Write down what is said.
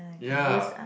ya